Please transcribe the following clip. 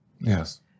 Yes